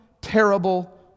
terrible